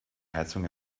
heizung